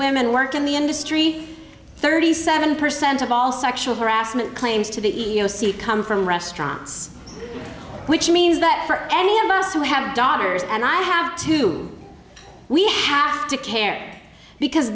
women work in the industry thirty seven percent of all sexual harassment claims to the e e o c come from restaurants which means that for any of us who have daughters and i have to we have to care because